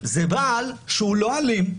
זה בעל שהוא לא אלים,